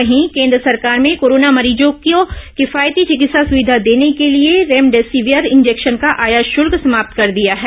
वहीं केंद्र सरकार में कोरोना मरीजों को किफायती चिकित्सा सुविधा देने के लिए रेमडेसेविर इंजेक्शन पर आयात शुल्क समाप्त कर दिया है